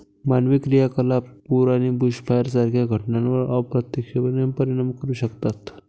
मानवी क्रियाकलाप पूर आणि बुशफायर सारख्या घटनांवर अप्रत्यक्षपणे परिणाम करू शकतात